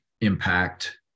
impact